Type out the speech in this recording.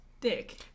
Dick